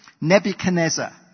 Nebuchadnezzar